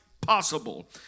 possible